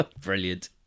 brilliant